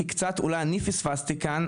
כי אולי אני פספסתי כאן,